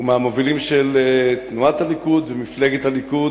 ומהמובילים של תנועת הליכוד ומפלגת הליכוד,